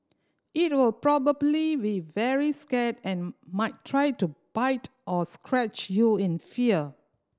it will probably be very scared and might try to bite or scratch you in fear